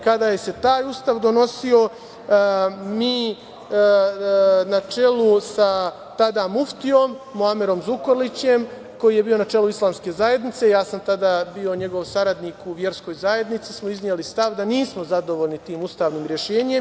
Kada se taj Ustav donosio, mi, na čelu sa tada muftijom Muamerom Zukorlićem, koji je bio na čelu Islamske zajednice, ja sam tada bio njegov saradnik u verskoj zajednici, izneli smo stav da nismo zadovoljni tim ustavnim rešenjem.